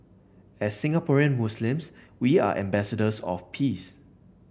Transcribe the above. as Singaporean Muslims we are ambassadors of peace